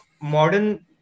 modern